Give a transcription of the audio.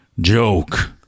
Joke